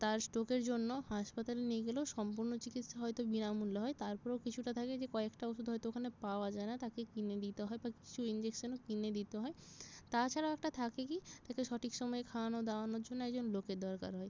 তার স্ট্রোকের জন্য হাসপাতালে নিয়ে গেলেও সম্পূর্ণ চিকিৎসা হয়তো বিনামূল্যে হয় তারপরেও কিছুটা থাকে যে কয়েকটা ওষুধ হয়তো ওখানে পাওয়া যায় না তাকে কিনে দিতে হয় বা কিছু ইঞ্জেকশনও কিনে দিতে হয় তাছাড়াও একটা থাকে কী তাকে সঠিক সময়ে খাওয়ানো দাওয়ানোর জন্য একজন লোকের দরকার হয়